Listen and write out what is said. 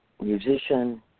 musician